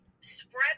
spread